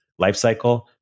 lifecycle